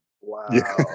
Wow